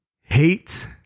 Hate